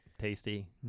tasty